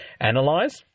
analyze